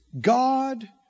God